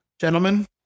Gentlemen